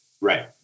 Right